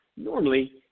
Normally